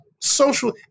social